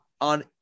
on